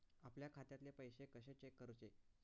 आपल्या खात्यातले पैसे कशे चेक करुचे?